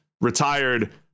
retired